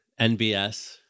NBS